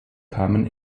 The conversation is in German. kamen